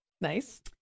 Nice